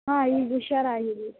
ಹಾಂ ಈಗ ಹುಷಾರಾಗಿದ್ದೀವಿ